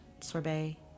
sorbet